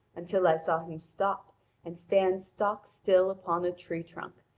until i saw him stop and stand stock-still upon a tree trunk,